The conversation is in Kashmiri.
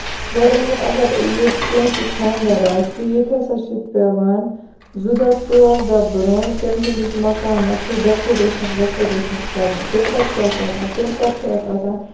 گۄڈٕنیتھ اَگر ییٚتہِ کٲنسہِ خاندر آسہِ ییٚتہِ ہسا چھِ پیوان زٕ دۄہ ژور دۄہ برونہہ تٔمۍ سٔندِس مَکانَس سُہ ڈیکوریشَن ویکوریشَن کَرٕنۍ تَمہِ پَتہٕ کیاہ چھُ آسان تمہِ پَتہٕ چھُ اَتھ آسان